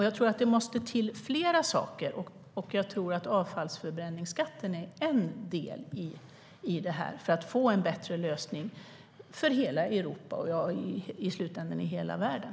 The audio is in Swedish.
Jag tror att fler saker måste till och att avfallsförbränningsskatten är en del i att få en bättre lösning för hela Europa och i slutändan för hela världen.